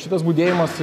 šitas budėjimas